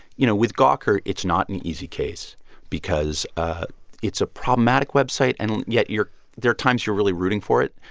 you know, with gawker, it's not an easy case because ah it's a problematic website, and yet, you're there are times you're really rooting for it.